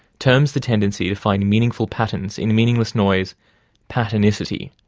terms the tendency to find meaningful patterns in meaningless noise patternicity.